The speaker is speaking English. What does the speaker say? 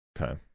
Okay